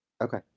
Okay